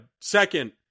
Second